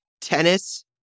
tennis